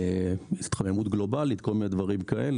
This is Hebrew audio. התחממות גלובלית, כל מיני דברים כאלה.